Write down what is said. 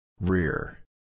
Rear